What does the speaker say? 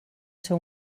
seu